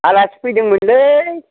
आलासि फैदोंमोनलै